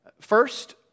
First